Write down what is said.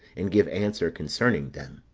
and give answer concerning them.